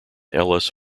ellis